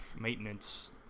maintenance